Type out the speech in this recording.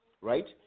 right